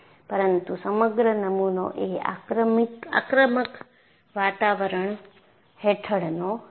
પરંતુ સમગ્ર નમૂનો એ આક્રમક વાતાવરણ હેઠળનો છે